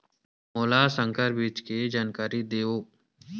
मोला संकर बीज के जानकारी देवो?